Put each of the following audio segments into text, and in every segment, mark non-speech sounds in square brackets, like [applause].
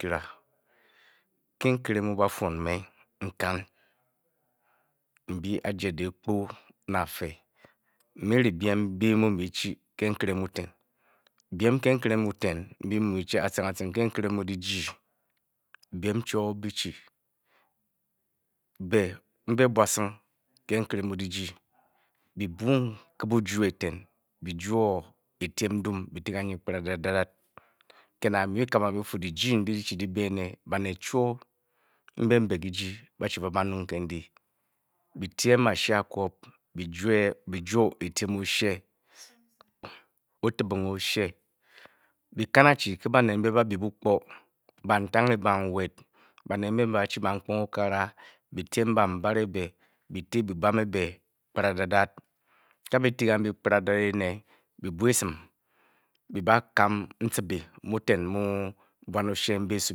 Kyiraa ke nkere mu ba-fii me n-byi aje diikpu ne afee, m-re n-m byem mbyi byi-mu mbyi byi-chi ke nkere mu eten bnyem mbyi byi-mu mbyi byi-chi, Aciring aciring ke nkere mu eten byem chwon byi-chi be mbe bwasing ke nkere mu dyiji oye-buu ng ke bujiro [noise] eten byi-jwo etyem ndum byi-ta kanyi kparadat, ke na byimee byi-kabe ng byi-fu, banet chwon mbe mbe kyiji ba-chi ba-barung ke ndyi byi-tyem bale ee-akwop byi-jwo [noise] etyem oshe, otibing ashe byi-kan achi. ke banet mbe ba-chi barnkponge okakara byi-tyem bambam ebe, byi-ti byibarn ebe kparadadat a byi-ti kambyi ene. byi-ti kambyi kparadadat byi-bwa esim byi-bakeon ncibi mu eten mu esu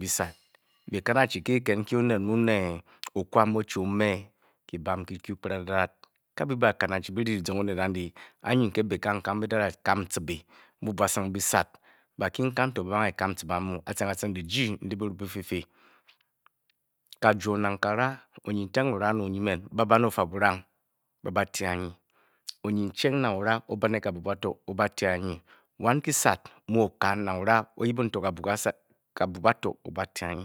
byisat byi-kan o-chi o-me kyikit nkyi onet mu ne okwa mu o-chi o-me kyi bam kyi-kyu kparadadat A byi-kan achi ke dyizong onet ondyi onyi nke badakam ncibi mu bwasing byisat bakinkan to ba-da ng efean ncibi mu ebe. aciring aciring dyi ji ndyi byiru byifyifi kijwo nang kara ba-ba ne burang ka-bati anyi onyinishua nang ora. wan kyisat to nang ara, o-yip kabu bato o. bate aniye